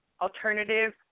alternative